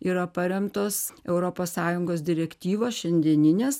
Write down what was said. yra paremtos europos sąjungos direktyvos šiandieninės